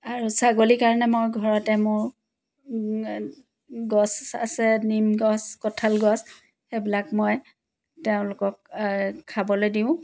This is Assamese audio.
আৰু ছাগলীৰ কাৰণে মই ঘৰতে মোৰ গছ আছে নিম গছ কঁঠাল গছ সেইবিলাক মই তেওঁলোকক খাবলৈ দিওঁ